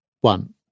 One